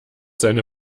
seine